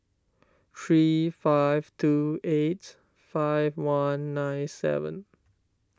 three five two eight five one nine seven